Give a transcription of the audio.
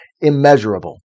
immeasurable